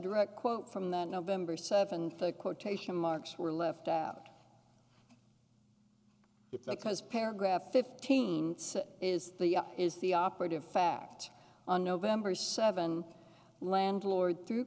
direct quote from that november seventh a quotation marks were left out cuz paragraph fifteen is the is the operative fact on november seven landlord through